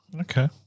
Okay